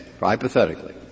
hypothetically